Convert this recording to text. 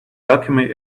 alchemy